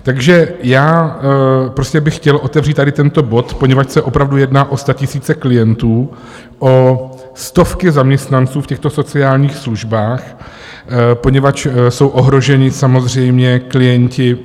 Takže já prostě bych chtěl otevřít tady tento bod, poněvadž se opravdu jedná o statisíce klientů, o stovky zaměstnanců v těchto sociálních službách, poněvadž jsou ohroženi samozřejmě klienti.